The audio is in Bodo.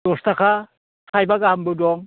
दस थाखा थाइबा गाहामबो दं